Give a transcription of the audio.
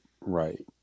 right